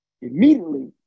immediately